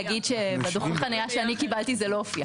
בדוח החניה שאני קיבלתי זה לא הופיע.